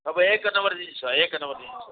ସବୁ ଏକ ନମ୍ୱର ଜିନିଷ ଏକ ନମ୍ୱର ଜିନିଷ